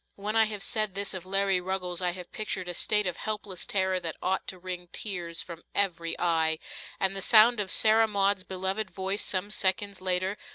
when i have said this of larry ruggles i have pictured a state of helpless terror that ought to wring tears from every eye and the sound of sarah maud's beloved voice, some seconds later,